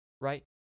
Right